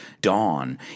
dawn